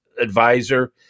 advisor